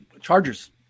Chargers